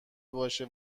باشه